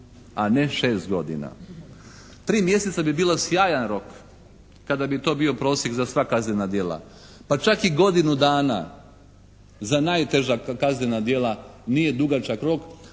a ne 6 godina? Tri mjeseca bi bio sjajan rok kada bi to bio prosjek za sva kaznena djela, pa čak i godinu dana za najteža kaznena djela nije dugačak rok